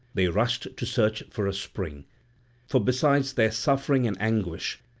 they rushed to search for a spring for besides their suffering and anguish,